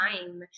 time